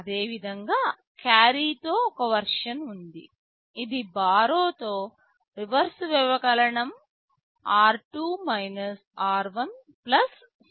అదేవిధంగా క్యారీతో ఒక వెర్షన్ ఉంది ఇది బారొతో రివర్స్ వ్యవకలనం r2 r1 C 1